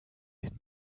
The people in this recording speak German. den